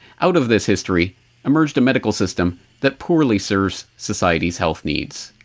out of this history emerged a medical system that poorly serves society's health needs.